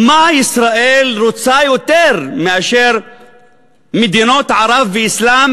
מה ישראל רוצה יותר מזה שמדינות ערב והאסלאם